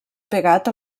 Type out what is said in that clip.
pegat